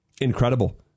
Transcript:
Incredible